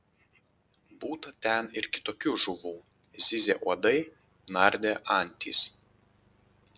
būta ten ir kitokių žuvų zyzė uodai nardė antys